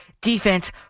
defense